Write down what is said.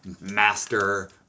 master